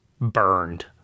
burned